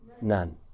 None